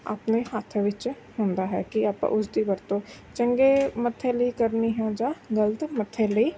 ਆਪਣੇ ਹੱਥ ਵਿੱਚ ਹੁੰਦਾ ਹੈ ਕਿ ਆਪਾਂ ਉਸ ਦੀ ਵਰਤੋਂ ਚੰਗੇ ਮੱਥੇ ਲਈ ਕਰਨੀ ਹੈ ਜਾਂ ਗਲਤ ਮੱਥੇ ਲਈ